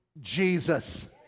Jesus